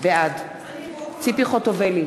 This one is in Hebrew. בעד ציפי חוטובלי,